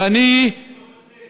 ואני, היא לא מוסדרת.